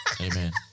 Amen